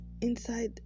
inside